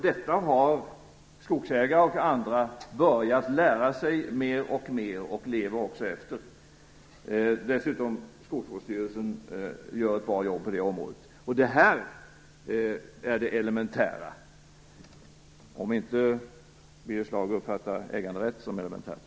Detta har skogsägare och andra börjat lära sig, och de lever också efter det. Dessutom gör Skogsvårdsstyrelsen ett bra jobb på det området. Detta är det elementära, om inte Birger Schlaug uppfattar äganderätt som elementärt.